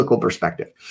perspective